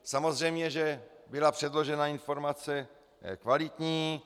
Samozřejmě že byla předložena informace kvalitní.